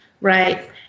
Right